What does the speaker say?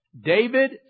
David